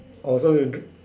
orh so you do